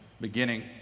beginning